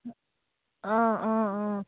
অঁ অঁ অঁ